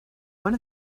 one